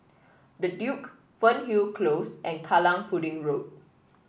The Duke Fernhill Close and Kallang Pudding Road